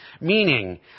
Meaning